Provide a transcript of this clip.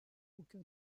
ūkio